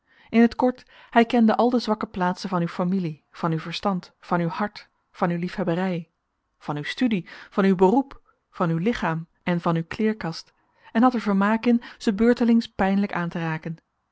in t kort hij kende al de zwakke plaatsen van uw familie van uw verstand van uw hart van uw liefhebberij van uw studie van uw beroep van uw lichaam en van uw kleerkast en had er vermaak in ze beurtelings pijnlijk aan te raken